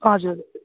हजुर